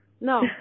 no